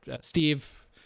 Steve